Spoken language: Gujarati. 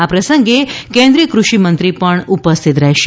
આ પ્રસંગે કેન્દ્રિય કૃષિ મંત્રી પણ ઉપસ્થિત રહેશે